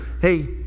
hey